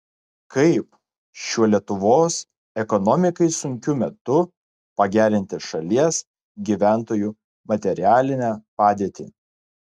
kaip šiuo lietuvos ekonomikai sunkiu metu pagerinti šalies gyventojų materialinę padėtį